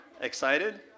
Excited